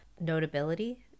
notability